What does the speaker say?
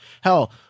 Hell